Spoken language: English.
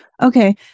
Okay